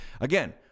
Again